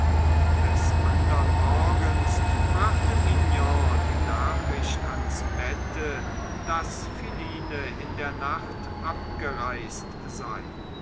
des andern morgens brachte mignon die nachricht ans bette daß philine in der nacht abgereist sei